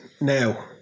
now